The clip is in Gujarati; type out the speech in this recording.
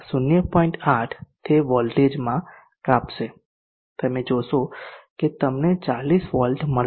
8 તે વોલ્ટેજમાં કાપશે તમે જોશો કે તમને 40 વોલ્ટ મળશે